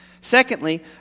Secondly